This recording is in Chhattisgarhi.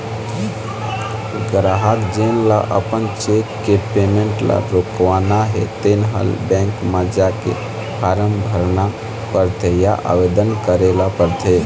गराहक जेन ल अपन चेक के पेमेंट ल रोकवाना हे तेन ल बेंक म जाके फारम भरना परथे या आवेदन करे ल परथे